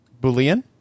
Boolean